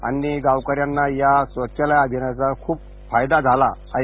आणि गावकऱ्यांना या स्वच्छालय अभियानाचा खुप फायदा झाला आहे